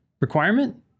requirement